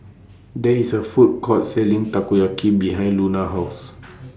There IS A Food Court Selling Takoyaki behind Luna's House